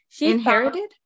Inherited